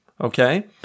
Okay